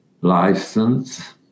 license